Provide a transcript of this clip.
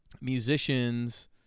musicians